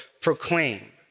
proclaim